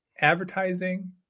advertising